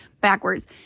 backwards